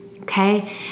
okay